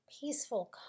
peaceful